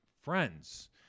friends